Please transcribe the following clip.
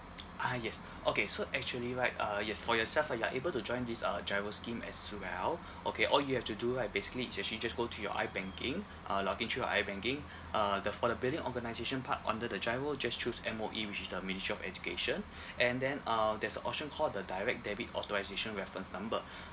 ah yes okay so actually right uh yes for yourself uh you're able to join this uh GIRO scheme as well okay all you have to do like basically is actually just go to your ibanking uh log in to you ibanking uh the for the billing organisation part under the GIRO just choose M_O_E which is the ministry of education and then um there's a option called the direct debit authorisation reference number